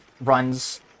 runs